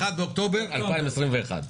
באוקטובר 2021,